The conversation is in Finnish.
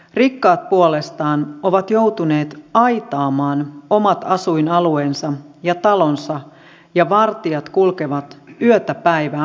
rikkaat puolestaan ovat joutuneet aitaamaan omat asuinalueensa ja talonsa ja vartijat kulkevat yötä päivää partioimassa